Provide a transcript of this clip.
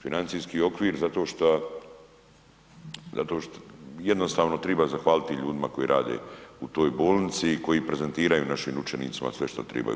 Financijski okvir zato šta, jednostavno treba zahvaliti ljudima koji rade u toj bolnici i koji prezentiraju našim učenicima sve što trebaju.